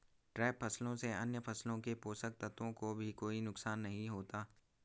trap फसलों से अन्य फसलों के पोषक तत्वों को भी कोई नुकसान नहीं होता